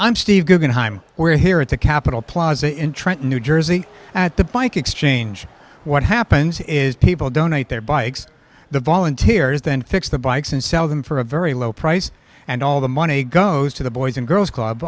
i'm steve guggenheim we're here at the capital plaza in trenton new jersey at the bike exchange what happens is people donate their bikes the volunteers then fix the bikes and sell them for a very low price and all the money goes to the boys and girls club